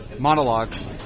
Monologues